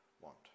want